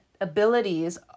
abilities